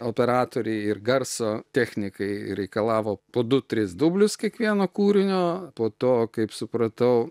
operatoriai ir garso technikai reikalavo po du tris dublius kiekvieno kūrinio po to kaip supratau